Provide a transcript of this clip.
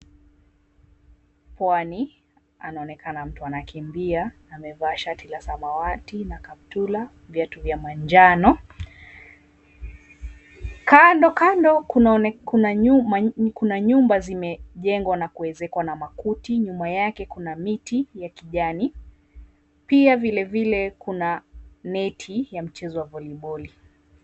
Pwani anaonekana mtu anakimbia. Amevaa shati la samawati na kaptura, viatu vya manjano. Kandokando kuna nyumba zimejengwa na kuezekwa na makuti. Nyuma yake kuna miti ya kijani. Pia vilevile kuna neti ya mchezo wa voliboli.